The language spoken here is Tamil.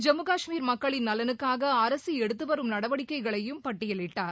ஜம்முகாஷ்மீர் மக்களின் நலனுக்காக அரசு எடுதது வரும் நடவடிக்கைகளையும் பட்டியலிட்டார்